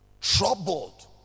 Troubled